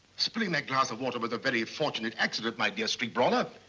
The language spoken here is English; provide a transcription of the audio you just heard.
spilling that glass of water was a very fortunate accident, my dear street brawler.